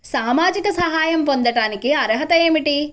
సామాజిక సహాయం పొందటానికి అర్హత ఏమిటి?